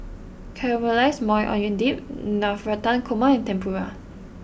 Caramelized Maui Onion Dip Navratan Korma and Tempura